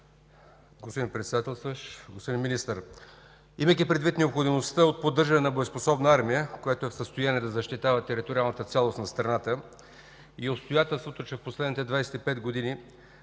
Господин Председателстващ, господин Министър, имайки предвид необходимостта от поддържане на боеспособна армия, която е в състояние да защитава териториалната цялост на страната, и обстоятелството, че в последните 25 години